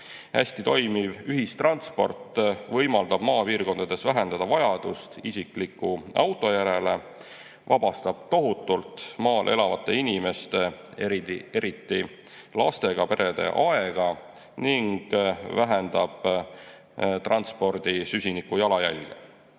Hästi toimiv ühistransport võimaldab maapiirkondades vähendada vajadust isikliku auto järele, vabastab tohutult maal elavate inimeste, eriti lastega perede aega ning vähendab transpordi süsinikujalajälge. Kolmandaks,